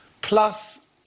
Plus